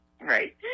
Right